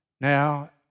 now